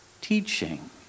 teaching